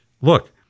Look